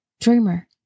Dreamer